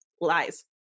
Lies